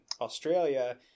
Australia